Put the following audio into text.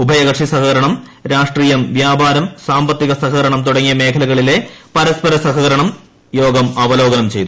ഉഭയകക്ഷി സഹകര്ണം രാഷ്ട്രീയം വ്യാപാര സാമ്പത്തിക സഹകരണം തുടങ്ങിയ മേഖലകളിലെ ് പരസ്പര സഹകരണം യോഗം അവലോകനം ചെയ്തു